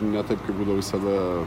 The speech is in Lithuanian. ne taip kaip būdavo visada